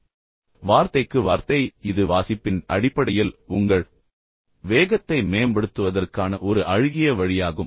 எனவே வார்த்தைக்கு வார்த்தை இது உண்மையில் வாசிப்பின் அடிப்படையில் உங்கள் வேகத்தை மேம்படுத்துவதற்கான ஒரு அழுகிய வழியாகும்